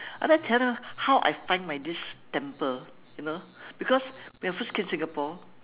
I like to tell them how I find my this temple you know because when I first came singapore